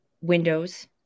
windows